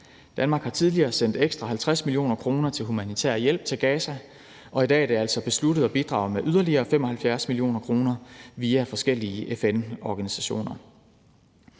Danmark har tidligere sendt ekstra 50 mio. kr. til humanitær hjælp til Gaza, og i dag er det altså besluttet at bidrage med yderligere 75 mio. kr. via forskellige FN-organisationer.